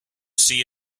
see